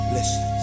Listen